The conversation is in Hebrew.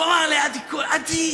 הוא אמר לעדי קול: עדי,